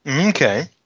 okay